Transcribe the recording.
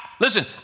Listen